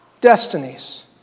destinies